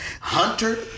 Hunter